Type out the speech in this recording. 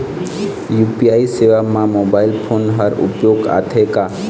UPI सेवा म mobile phone हर उपयोग आथे का?